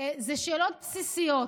וזה מקור לאופטימיות,